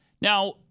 Now